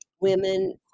women